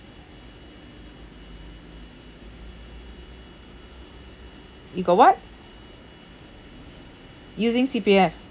you got what using C_P_F